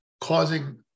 causing